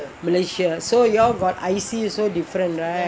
malaysia so you all got I_C also different right